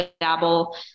dabble